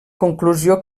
conclusió